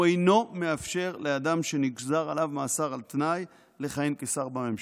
הוא אינו מאפשר לאדם שנגזר עליו מאסר על תנאי לכהן כשר בממשלה,